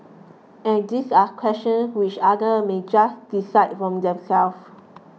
and these are questions which others may just decide for themselves